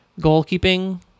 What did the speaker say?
goalkeeping